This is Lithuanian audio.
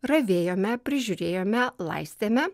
ravėjome prižiūrėjome laistėme